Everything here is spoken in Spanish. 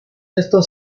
estos